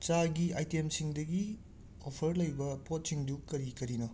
ꯆꯥꯒꯤ ꯑꯥꯏꯇꯦꯝꯁꯤꯡꯗꯒꯤ ꯑꯣꯐꯔ ꯂꯩꯕ ꯄꯣꯠꯁꯤꯡꯗꯨ ꯀꯔꯤ ꯀꯔꯤꯅꯣ